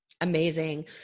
Amazing